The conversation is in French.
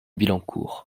billancourt